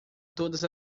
todas